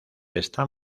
están